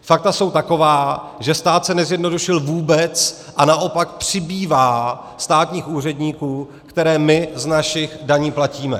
Fakta jsou taková, že stát se nezjednodušil vůbec, a naopak přibývá státních úředníků, které my z našich daní platíme.